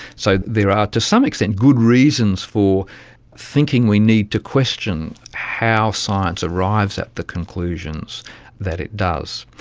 so there are to some extent good reasons for thinking we need to question how science arrives at the conclusions that it does.